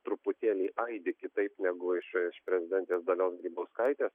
truputėlį aidi kitaip negu iš iš prezidentės dalios grybauskaitės